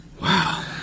Wow